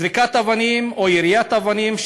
זריקת אבנים או יריית אבנים,